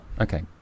Okay